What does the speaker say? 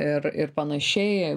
ir ir panašiai